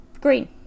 Green